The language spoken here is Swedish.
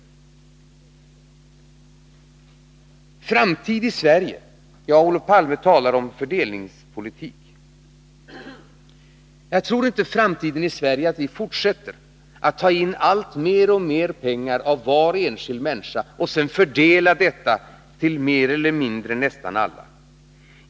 När det gäller framtid i Sverige talar Olof Palme om fördelningspolitik. Jag tror inte att framtiden i Sverige får innebära att vi fortsätter att ta in alltmer pengar av varje enskild människa och sedan fördela dessa till nästan alla.